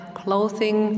clothing